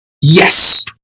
Yes